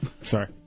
Sorry